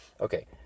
Okay